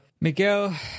Miguel